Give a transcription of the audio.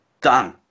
Done